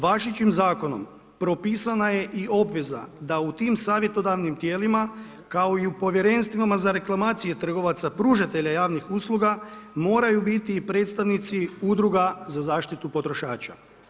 Važećim zakonom propisana je i obveza da u tim savjetodavnim tijelima kao i u povjerenstvima za reklamacije trgovaca pružatelja javnih usluga moraju biti i predstavnici udruga za zaštitu potrošača.